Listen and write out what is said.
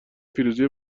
پیروزی